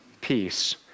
peace